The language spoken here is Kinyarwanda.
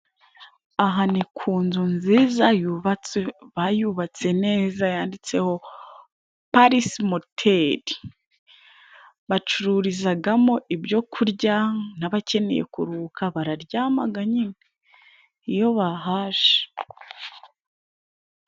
Aha ni ku nzu nziza yubatse, bayubatse neza yanditseho parisi moteli bacururizagamo ibyo kurya, n'abakeneye kuruhuka bararyamaga nyine iyo bahaje.